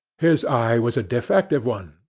his eye was a defective one,